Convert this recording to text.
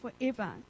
forever